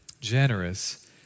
generous